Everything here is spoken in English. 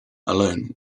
alone